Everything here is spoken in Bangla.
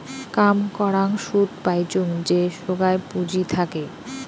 কাম করাং সুদ পাইচুঙ যে সোগায় পুঁজি থাকে